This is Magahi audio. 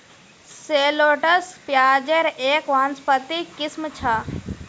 शैलोट्स प्याज़ेर एक वानस्पतिक किस्म छ